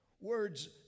Words